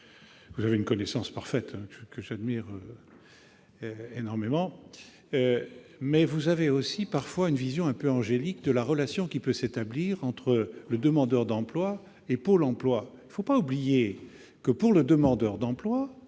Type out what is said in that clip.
vous avez une connaissance parfaite du sujet- je suis admiratif -, mais vous avez aussi parfois une vision un peu angélique de la relation qui peut s'établir entre le demandeur d'emploi et Pôle emploi. Il ne faut pas oublier que pèse toujours la